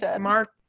Mark